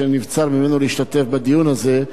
שנבצר ממנו להשתתף בדיון הזה,